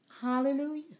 Hallelujah